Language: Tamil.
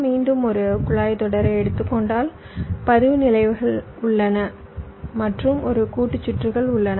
மீண்டும் ஒரு குழாய் தொடரை எடுத்துக்கொண்டால் பதிவு நிலைகள் உள்ளன மற்றும் ஒரு கூட்டு சுற்றுகள் உள்ளன